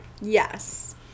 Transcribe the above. Yes